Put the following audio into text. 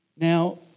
Now